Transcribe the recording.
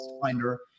Finder